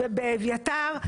באביתר,